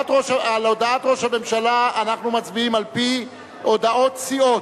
על הודעת ראש הממשלה אנחנו מצביעים על-פי הודעות סיעות,